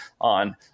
on